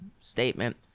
statement